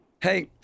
Hey